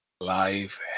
life